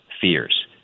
fears